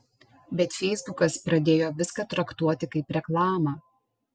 bet feisbukas pradėjo viską traktuoti kaip reklamą